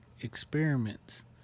experiments